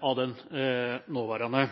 av den nåværende.